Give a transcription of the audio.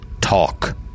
talk